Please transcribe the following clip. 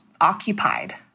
occupied